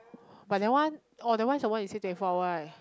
but that one orh that one somemore you say twenty four hour right